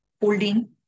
holding